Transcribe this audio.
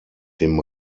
dem